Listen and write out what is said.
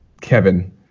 kevin